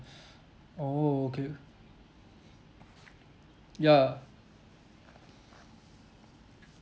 oh okay ah ya